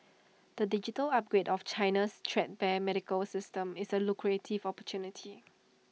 the digital upgrade of China's threadbare medical system is A lucrative opportunity